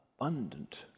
abundant